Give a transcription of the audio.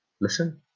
Listen